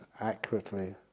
accurately